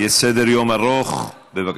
יש סדר-יום ארוך, בבקשה.